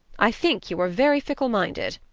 i think you are very fickle minded.